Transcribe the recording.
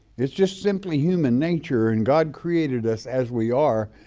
it's just simply human nature, and god created us as we are,